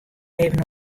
even